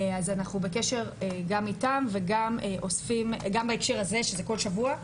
אז אנחנו בקשר גם איתם, גם בהקשר הזה שזה כל שבוע,